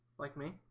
like me